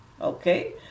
Okay